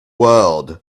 world